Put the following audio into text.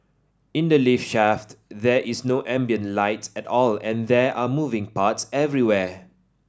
in the lift shaft there is no ambient light at all and there are moving parts everywhere